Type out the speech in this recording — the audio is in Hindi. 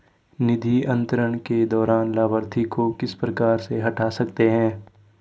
निधि अंतरण के दौरान लाभार्थी को किस प्रकार से हटा सकते हैं?